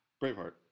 Braveheart